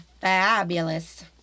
fabulous